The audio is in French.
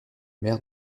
maire